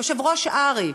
יושב-ראש הר"י,